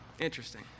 Interesting